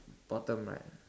bottom right ah